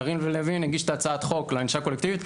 יריב לוין הגיש את הצעת החוק לענישה הקולקטיבית.